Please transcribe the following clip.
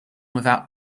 without